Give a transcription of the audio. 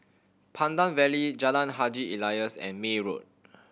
Pandan Valley Jalan Haji Alias and May Road